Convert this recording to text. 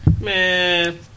Man